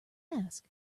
ask